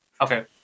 Okay